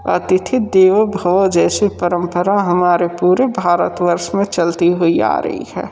अतिथि देवो भवः जैसी परम्परा हमारे पूरे भारतवर्ष में चलती हुई आ रही है